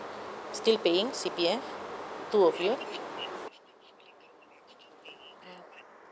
still paying C_P_F two of you